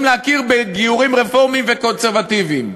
להכיר בגיורים רפורמיים וקונסרבטיביים.